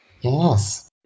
Yes